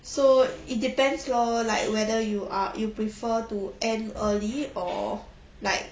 so it depends lor like whether you are you prefer to end early or like